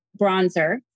bronzer